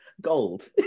gold